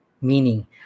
meaning